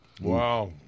Wow